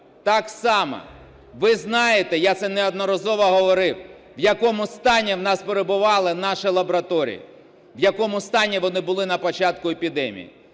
Так само ви знаєте, я це неодноразово говорив, в якому стані в нас перебували наші лабораторії, в якому стані вони були на початку епідемії.